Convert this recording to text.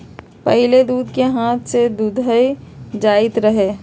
पहिले दूध के हाथ से दूहल जाइत रहै